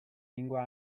lingua